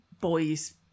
boys